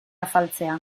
afaltzea